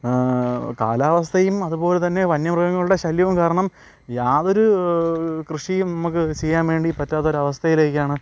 കാലാവസ്ഥയും അതുപോലെ തന്നെ വന്യമൃഗങ്ങളുടെ ശല്യവും കാരണം യാതൊരു കൃഷിയും നമുക്ക് ചെയ്യാൻ വേണ്ടി പറ്റാത്തൊരാവസ്ഥയിലേക്കാണ്